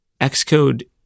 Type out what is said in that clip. Xcode